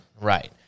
Right